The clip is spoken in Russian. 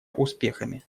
успехами